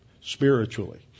spiritually